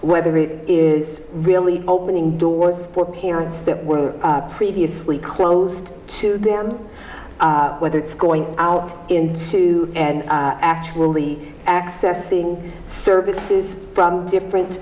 whether it is really opening doors for parents that were previously closed to them whether it's going out into actually accessing services from different